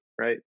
right